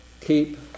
Keep